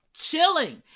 chilling